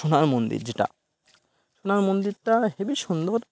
সোনার মন্দির যেটা সোনার মন্দিরটা হেবি সুন্দর